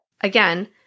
Again